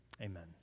amen